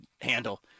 handle